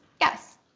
yes